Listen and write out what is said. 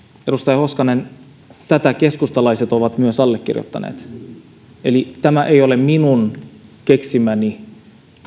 edustaja hoskonen tämän keskustalaiset ovat myös allekirjoittaneet tämä ei ole minun keksimäni